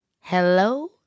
Hello